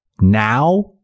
now